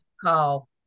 call